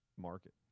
market